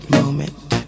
moment